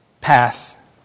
path